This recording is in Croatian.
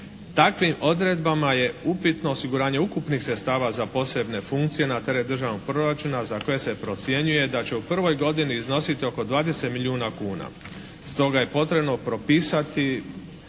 Takvim odredbama je upitno osiguranje ukupnih sredstava za posebne funkcije na teret državnog proračuna za koje se procjenjuje da će u prvoj godini iznositi oko 20 milijuna kuna. Stoga je potrebno propisati